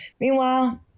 Meanwhile